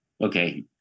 Okay